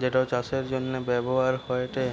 যেটা চাষের জন্য ব্যবহার হয়েটে